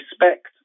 respect